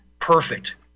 perfect